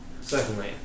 Secondly